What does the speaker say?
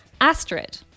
Astrid